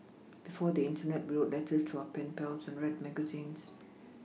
before the Internet we wrote letters to our pen pals and read magazines